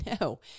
no